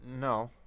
no